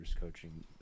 coaching